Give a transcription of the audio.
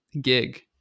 gig